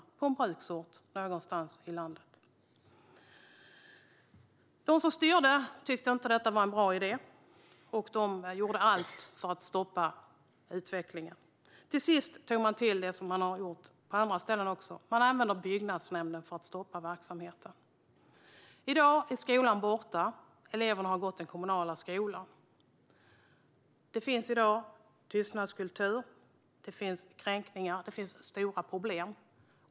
Det var på en bruksort någonstans i landet. De som styrde tyckte inte att detta var en bra idé. De gjorde allt för att stoppa utvecklingen. Till sist gjorde de som man också har gjort på andra ställen: De använde byggnadsnämnden för att stoppa verksamheten. I dag är skolan borta. Eleverna har gått till den kommunala skolan. Det finns i dag en tystnadskultur. Det finns kränkningar. Det finns stora problem.